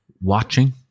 watching